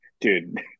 Dude